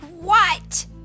what